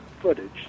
footage